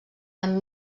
amb